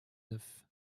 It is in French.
neuf